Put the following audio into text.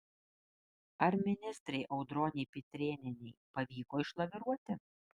ar ministrei audronei pitrėnienei pavyko išlaviruoti